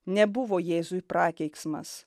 nebuvo jėzui prakeiksmas